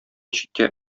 читкә